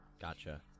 Gotcha